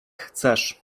chcesz